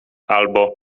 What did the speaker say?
albo